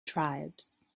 tribes